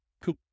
Cool